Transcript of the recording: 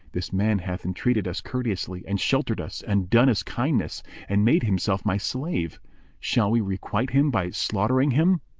this man hath entreated us courteously and sheltered us and done us kindness and made himself my slave shall we requite him by slaughtering him?